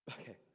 Okay